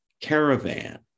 caravan